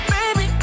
Baby